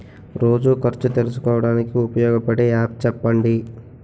రోజు ఖర్చు తెలుసుకోవడానికి ఉపయోగపడే యాప్ చెప్పండీ?